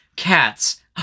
Cats